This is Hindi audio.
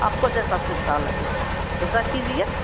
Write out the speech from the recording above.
आपको जैसी सुविधा लगे वैसा कीजिए